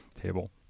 table